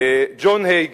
ג'ון הייגי,